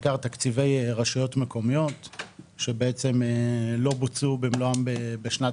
בעיקר תקציבי רשויות מקומיות שלא בוצעו במלואם בשנת